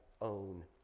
own